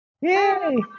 Yay